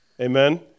amen